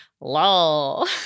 Lol